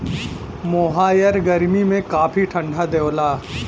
मोहायर गरमी में काफी ठंडा देवला